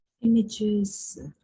images